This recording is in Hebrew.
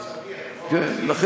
רק שיהיה המספר סביר, כן.